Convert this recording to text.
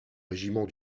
régiment